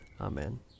Amen